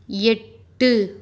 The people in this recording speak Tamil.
எட்டு